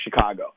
Chicago